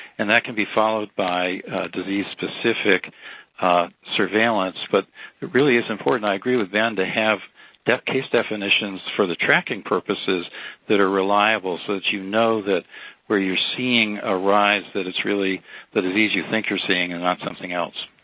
and that can be followed by disease-specific surveillance. but it really is important, i agree with them, to have case definitions for the tracking purposes that are reliable, so that, you know, that where you're seeing a rise that is really the disease you think you're seeing and not something else.